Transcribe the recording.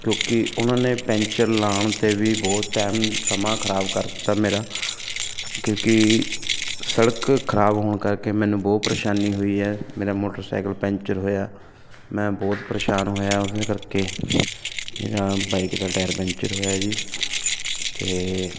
ਕਿਉਂਕਿ ਉਹਨਾਂ ਨੇ ਪੈਂਚਰ ਲਾਉਣ 'ਤੇ ਵੀ ਬਹੁਤ ਟਾਈਮ ਸਮਾਂ ਖਰਾਬ ਕਰ ਦਿੱਤਾ ਮੇਰਾ ਕਿਉਂਕਿ ਸੜਕ ਖਰਾਬ ਹੋਣ ਕਰਕੇ ਮੈਨੂੰ ਬਹੁਤ ਪਰੇਸ਼ਾਨੀ ਹੋਈ ਹੈ ਮੇਰਾ ਮੋਟਰਸਾਈਕਲ ਪੈਂਚਰ ਹੋਇਆ ਮੈਂ ਬਹੁਤ ਪਰੇਸ਼ਾਨ ਹੋਇਆ ਉਹਦੇ ਕਰਕੇ ਮੇਰਾ ਬਾਈਕ ਦਾ ਟਾਇਰ ਪੈਂਚਰ ਹੋਇਆ ਜੀ ਅਤੇ